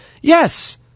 Yes